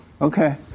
Okay